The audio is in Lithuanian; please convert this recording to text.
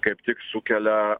kaip tik sukelia